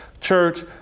Church